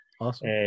Awesome